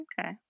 Okay